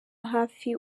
hafi